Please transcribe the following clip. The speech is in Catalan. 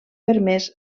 permès